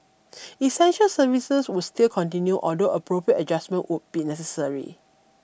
essential services would still continue although appropriate adjustments would be necessary